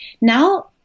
Now